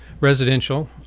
residential